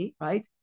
Right